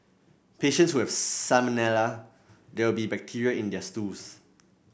patients who have salmonella there will be bacteria in their stools